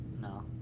No